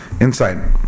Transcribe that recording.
Inside